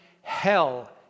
hell